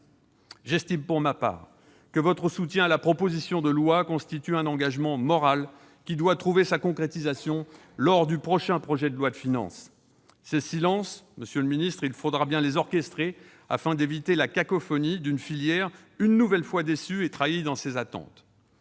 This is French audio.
J'estime pour ma part que votre soutien à la proposition de loi constitue un engagement moral qui doit trouver sa concrétisation dans le prochain projet de loi de finances. Ces silences, monsieur le ministre, il faudra bien les orchestrer afin d'éviter la cacophonie d'une filière une nouvelle fois déçue et trahie dans ses attentes.